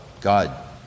God